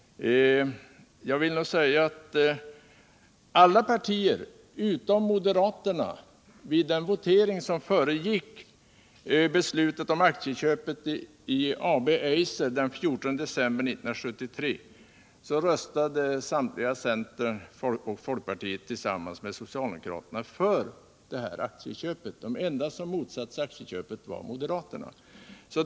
I voteringen om beslutet den 14 december 1973 angående akticköpet i AB Eiser röstade samtliga ledamöter för centern och folkpartiet tillsammans med socialdemokraterna för akticköpet. De enda som motsatte sig aktieköpet var moderaterria.